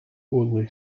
only